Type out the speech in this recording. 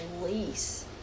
release